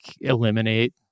eliminate